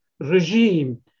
regime